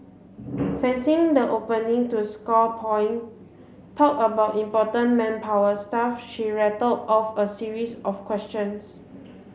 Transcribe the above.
sensing the opening to score point talk about important manpower stuff she rattle off a series of questions